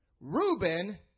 Reuben